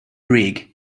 rig